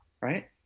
Right